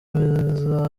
meza